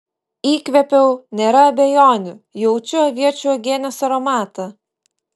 įkvėpiau nėra abejonių jaučiu aviečių uogienės aromatą